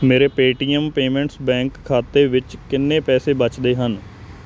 ਮੇਰੇ Paytm payments bank ਖਾਤੇ ਵਿੱਚ ਕਿੰਨੇ ਪੈਸੇ ਬਚਦੇ ਹਨ